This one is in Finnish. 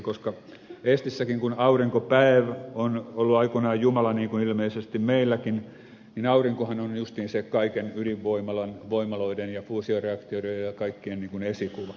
koska eestissäkin kun aurinko päev on ollut aikoinaan jumala niin kuin ilmeisesti meilläkin niin aurinkohan on justiin se kaiken ydinvoimaloiden ja fuusioreaktioiden ja kaikkien niin kuin esikuva